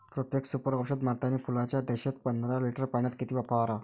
Profex Super औषध मारतानी फुलाच्या दशेत पंदरा लिटर पाण्यात किती फवाराव?